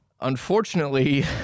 unfortunately